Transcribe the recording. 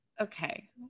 Okay